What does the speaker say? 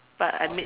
but I made